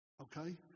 Okay